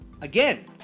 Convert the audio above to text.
again